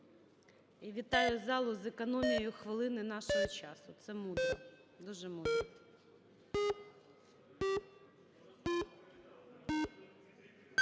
І вітаю залу з економією хвилини нашого часу, це мудро, дуже мудро.